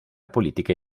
politica